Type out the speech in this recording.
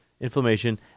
inflammation